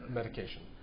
medication